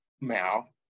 mouth